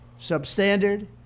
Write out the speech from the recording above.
substandard